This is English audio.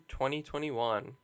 2021